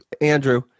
Andrew